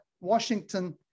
Washington